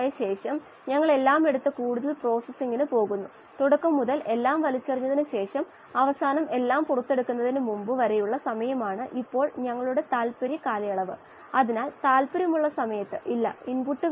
എന്നാൽ m വലുതാണെങ്കിൽ ഇവിടെയുള്ള മറ്റ് മൂല്യങ്ങളും വലിയതായിരിക്കും കാരണം മറ്റ് മൂല്യങ്ങളും ഒരേ അളവിൽ ആയിരിക്കും അതിനാൽ 1 ഹരിക്കണം വലിയ മൂല്യം 0 ആയി കണക്കാക്കാം അതിനാൽ 10 എന്ന സമവാക്യം ഇങ്ങനെ എഴുതാം